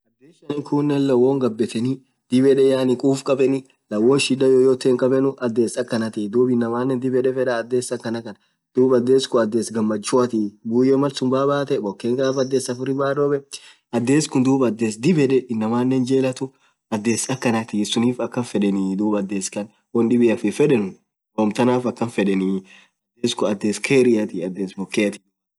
ades shanni khunen lawon ghabetheni khuff khabeni lawon shida yoyote hinkhaabenu adhes akhanathii inamanen dhiib yed fedhaa adhes akhana khaan dhub adhes khun adhes gamachuathi buyoo Malsun baaa bathee boken gaf adhes afuri baa robbe adhes khun dhub adhes dhib yed inamanen jelathu adhes akhanathi sunnif akhan fedheni dhub adhes khan won dhiaf hinfedhenuu wom thanaf akan fedheni adhes khun adhes kheriathi adhes bokeathi